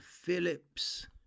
Phillips